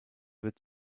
with